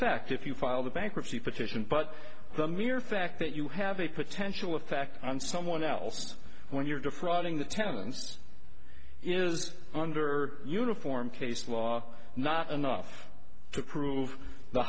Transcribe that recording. effect if you file the bankruptcy petition but the mere fact that you have a potential effect on someone else when you're defrauding the tenants is under uniform case law not enough to prove the